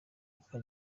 aka